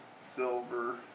silver